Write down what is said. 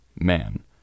Man